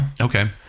Okay